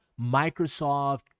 microsoft